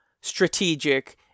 strategic